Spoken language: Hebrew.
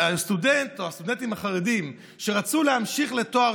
והסטודנטים החרדים שרצו להמשיך לתואר